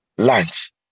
lunch